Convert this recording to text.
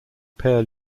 pale